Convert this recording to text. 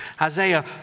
Isaiah